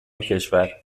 کشور